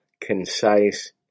concise